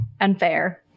unfair